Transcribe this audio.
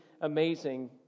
amazing